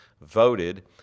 voted